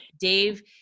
Dave